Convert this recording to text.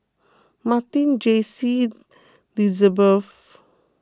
Marti Jaycie Lizabeth